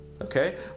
okay